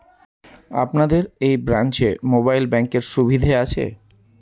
আপনাদের এই ব্রাঞ্চে মোবাইল ব্যাংকের সুবিধে আছে?